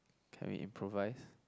can we improvise